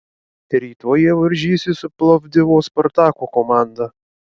rytoj jie varžysis su plovdivo spartako komanda